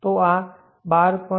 તો આ 12